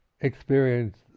experience